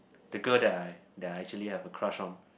the girl that I that I actually have a crush on